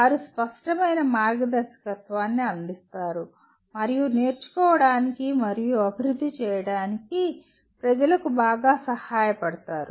వారు స్పష్టమైన మార్గదర్శకత్వాన్ని అందిస్తారు మరియు నేర్చుకోవడానికి మరియు అభివృద్ధి చేయడానికి ప్రజలకు బాగా సహాయపడతారు